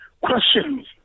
questions